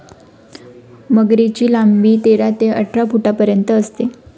मगरीची लांबी तेरा ते अठरा फुटांपर्यंत असते